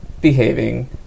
behaving